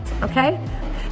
okay